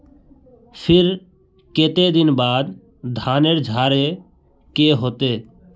फिर केते दिन बाद धानेर झाड़े के होते?